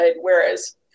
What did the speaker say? whereas